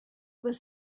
was